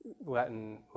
Latin